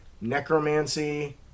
necromancy